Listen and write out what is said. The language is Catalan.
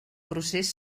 procés